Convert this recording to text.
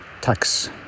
tax